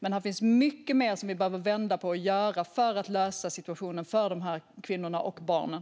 Men här finns mycket mer som vi behöver vända på och göra för att lösa situationen för de här kvinnorna och barnen.